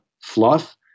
fluff